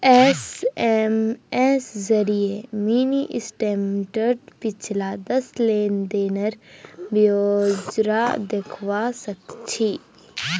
SMS जरिए mini स्टेटमेंटत पिछला दस लेन देनेर ब्यौरा दखवा सखछी